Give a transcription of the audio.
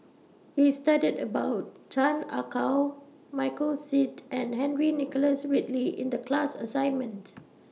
We studied about Chan Ah Kow Michael Seet and Henry Nicholas Ridley in The class assignments